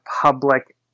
public